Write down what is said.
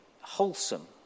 wholesome